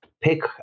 pick